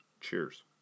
Cheers